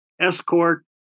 Escort